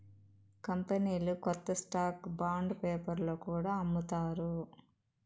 కంపెనీలు కొత్త stock bond పేపర్లో కూడా అమ్ముతారు